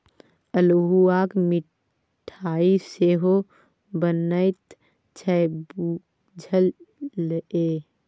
अल्हुआक मिठाई सेहो बनैत छै बुझल ये?